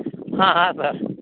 हा हा सर